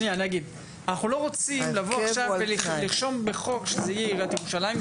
אנחנו לא רוצים לבוא עכשיו ולרשום בחוק שזה יהיה עיריית ירושלים.